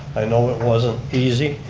i know it wasn't easy,